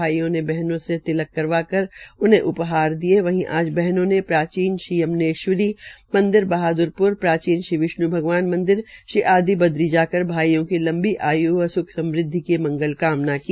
भाईयों ने बहनों से तिलक करवाकर उन्हें उपहार दिये वहीं आज बहनों ने प्राचीन श्री यम्नेश्वरी मंदिर बहाद्रगढ़ प्राचान श्री विष्णू भगवान मंदिर श्री आदी बद्री जा कर भाईयों की लंबी आयु व सुख समुदवि की मंगल कामना की